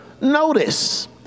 notice